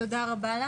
תודה רבה.